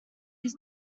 his